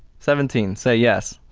seventeen, say, yes.